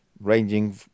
ranging